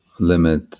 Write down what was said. limit